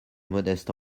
modeste